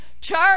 church